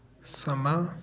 ਸਮਾਂ